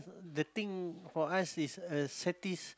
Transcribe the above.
the thing for us is uh satis~